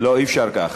לא, אי-אפשר כך.